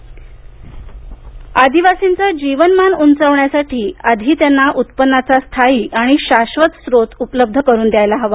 आदीवासींची उत्पादनं आदिवासींचं जीवनमान उंचावण्यासाठी आधी त्यांना उत्पन्नाचा स्थायी आणि शाश्वत स्रोत उपलब्ध करून द्यायला हवा